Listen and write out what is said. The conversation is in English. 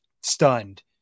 stunned